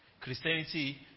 Christianity